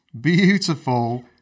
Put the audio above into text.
beautiful